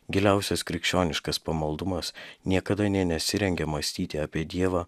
giliausias krikščioniškas pamaldumas niekada nė nesirengė mąstyti apie dievą